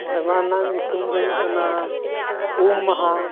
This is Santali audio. ᱢᱚᱬᱮ ᱢᱟᱦᱟ ᱨᱮᱱᱟᱜ ᱧᱩᱛᱩᱢ ᱫᱚ ᱦᱩᱭᱩᱜ ᱠᱟᱱᱟ ᱩᱢ ᱢᱟᱦᱟ